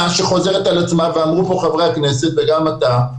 שחוזרת על עצמה ואמרו פה חברי הכנסת וגם אתה,